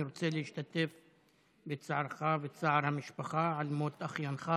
אני רוצה להשתתף בצערך וצער המשפחה על מות אחיינך.